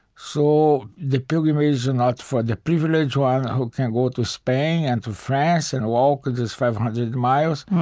so the pilgrimage is and not for the privileged one who can go to spain, and to france, and walk this five hundred miles,